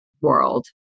world